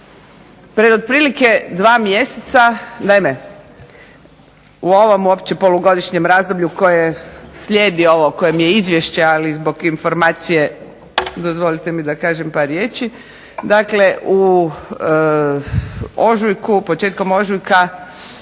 Pred otprilike dva mjeseca, u ovom općem polugodišnjem razdoblju koje slijedi ovo kojem je izvješće ali zbog informacije dozvolite mi da kažem par riječi. U ožujku, početkom ožujka